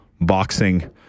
boxing